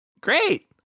Great